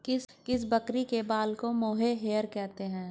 किस बकरी के बाल को मोहेयर कहते हैं?